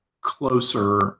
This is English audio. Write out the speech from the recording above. closer